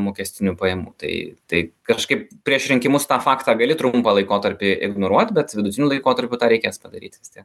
mokestinių pajamų tai tai kažkaip prieš rinkimus tą faktą gali trumpą laikotarpį ignoruot bet vidutiniu laikotarpiu tą reikės padaryt vis tiek